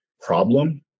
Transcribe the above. problem